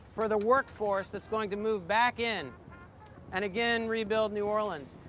for the workforce that's going to move back in and again rebuild new orleans.